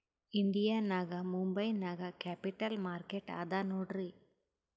India ನಾಗ್ ಮುಂಬೈ ನಾಗ್ capital market ಅದಾ ನೋಡ್ರಿ